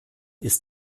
ist